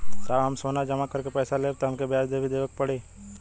साहब हम सोना जमा करके पैसा लेब त हमके ब्याज भी देवे के पड़ी?